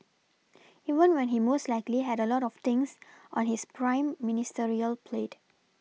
even when he most likely had a lot of things on his prime Ministerial plate